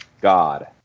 God